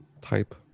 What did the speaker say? Type